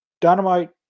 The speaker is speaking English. Dynamite